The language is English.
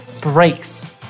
breaks